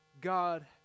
God